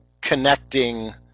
connecting